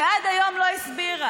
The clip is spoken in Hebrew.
ועד היום לא הסבירה.